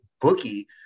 bookie